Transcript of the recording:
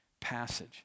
passage